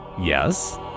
Yes